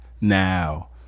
now